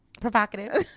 Provocative